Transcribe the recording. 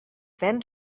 ven